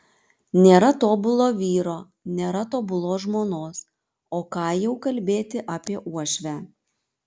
nėra tobulo vyro nėra tobulos žmonos o ką jau kalbėti apie uošvę